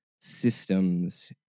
systems